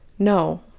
No